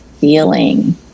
feeling